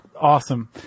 Awesome